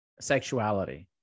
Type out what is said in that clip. sexuality